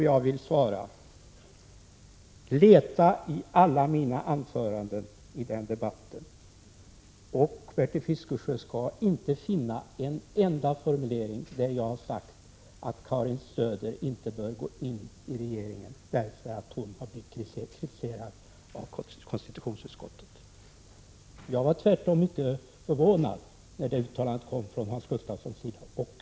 Jag vill svara: Leta i alla mina anföranden i den debatten, och Bertil Fiskesjö skall inte finna en enda formulering, där jag har sagt att Karin Söder inte bör ingå i regeringen därför att hon blivit kritiserad av konstitutionsutskottet. Jag var tvärtom mycket förvånad, när det uttalandet kom från Hans Gustafsson.